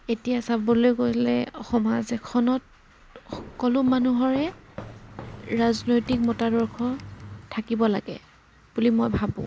এতিয়া চাবলৈ গ'লে সমাজ এখনত সকলো মানুহৰে ৰাজনৈতিক মতাদৰ্শ থাকিব লাগে বুলি মই ভাবোঁ